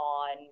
on